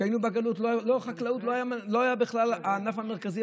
כשהיינו בגלות חקלאות לא הייתה בכלל הענף המרכזי,